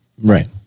Right